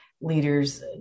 leaders